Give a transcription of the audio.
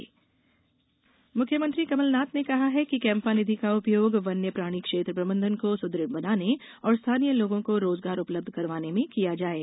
CAMPA निधि मुख्यमंत्री कमल नाथ ने कहा है कि कैम्पा निधि का उपयोग वन्य प्राणी क्षेत्र प्रबंधन को सुदृढ़ बनाने और स्थानीय लोगों को रोजगार उपलब्ध करवाने में किया जाये